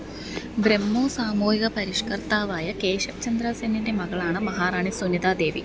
ബ്രഹ്മോ സാമൂഹിക പരിഷ്കർത്താവായ കേശബ് ചന്ദ്ര സെന്നിൻ്റെ മകളാണ് മഹാറാണി സുനിതി ദേവി